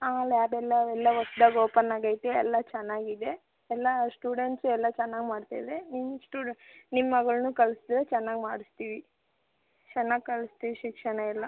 ಹಾಂ ಲ್ಯಾಬ್ ಎಲ್ಲ ಎಲ್ಲ ಹೊಸದಾಗಿ ಓಪನ್ ಆಗೈತೆ ಎಲ್ಲ ಚೆನ್ನಾಗಿದೆ ಎಲ್ಲ ಸ್ಟೂಡೆಂಟ್ಸು ಎಲ್ಲ ಚೆನ್ನಾಗಿ ಮಾಡ್ತಿದಾರೆ ನಿಮ್ಮ ಸ್ಟು ನಿಮ್ಮ ಮಗಳನ್ನೂ ಕಳ್ಸಿದ್ರೆ ಚೆನ್ನಾಗಿ ಮಾಡಿಸ್ತೀವಿ ಚೆನ್ನಾಗಿ ಕಲ್ಸ್ತೀವಿ ಶಿಕ್ಷಣ ಎಲ್ಲ